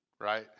right